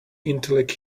intellect